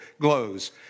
glows